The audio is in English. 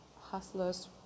Hustler's